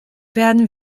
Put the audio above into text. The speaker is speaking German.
werden